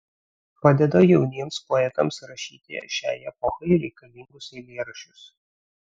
padeda jauniems poetams rašyti šiai epochai reikalingus eilėraščius